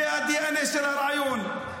זה הדנ"א של הרעיון.